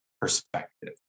perspective